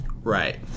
Right